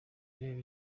ireba